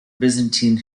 byzantine